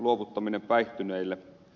luovuttaminen päihtyneille